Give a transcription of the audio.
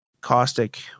Caustic